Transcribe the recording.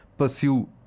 pursue